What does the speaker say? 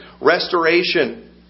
Restoration